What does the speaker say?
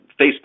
Facebook